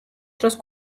დროს